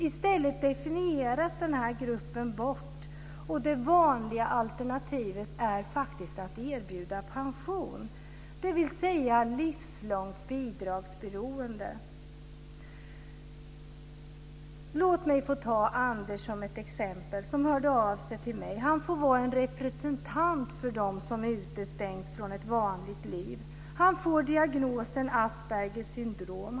I stället definieras denna grupp bort. Och det vanliga alternativet är faktiskt att erbjuda pension, dvs. ett livslångt bidragsberoende. Låt mig få ta Anders som ett exempel. Han hörde av sig till mig. Han får vara en representant för dem som utestängs från ett vanligt liv. Han fick diagnosen Aspergers syndrom.